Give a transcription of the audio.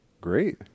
Great